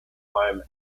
climb